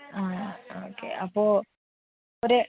ആ ആ ഓക്കെ അപ്പോൾ ഒരു